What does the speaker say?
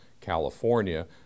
California